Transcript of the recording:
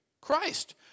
Christ